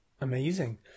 amazing